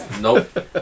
Nope